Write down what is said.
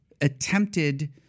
attempted